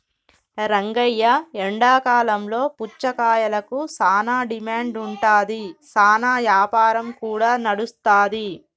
రంగయ్య ఎండాకాలంలో పుచ్చకాయలకు సానా డిమాండ్ ఉంటాది, సానా యాపారం కూడా నడుస్తాది